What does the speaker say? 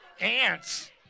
Ants